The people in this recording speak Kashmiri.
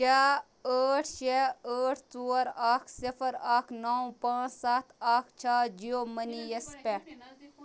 کیٛاہ ٲٹھ شےٚ ٲٹھ ژور اَکھ صِفر اَکھ نَو پانٛژ سَتھ اَکھ چھا جِیو مٔنی یَس پٮ۪ٹھ